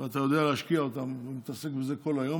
ואתה יודע להשקיע אותן ומתעסק בזה כל היום,